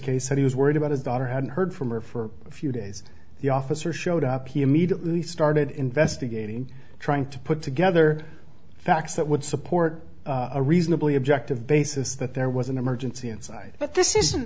case said he was worried about his daughter hadn't heard from her for a few days the officer showed up he immediately started investigating trying to put together facts that would support a reasonably objective basis that there was an emergency inside but this isn't